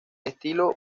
estilo